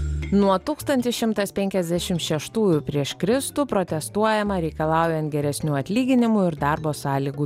nuo tūkstantis šimtas penkiasdešim šeštųjų prieš kristų protestuojama reikalaujant geresnių atlyginimų ir darbo sąlygų